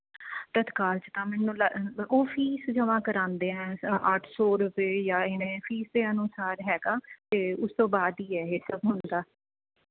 ਤਤਕਾਲ 'ਚ ਤਾਂ ਮੈਨੂੰ ਲਗਦਾ ਉਹ ਫ਼ੀਸ ਜਮਾਂ ਕਰਾਉਂਦੇ ਹੈ ਅੱਠ ਸੌ ਰੁਪਏ ਜਾਂ ਇਹਨੇ ਫ਼ੀਸ ਦੇ ਅਨੁਸਾਰ ਹੈਗਾ ਅਤੇ ਉਸ ਤੋਂ ਬਾਅਦ ਹੀ ਹੈ ਇਹ ਸਭ ਹੁੰਦਾ